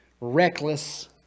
reckless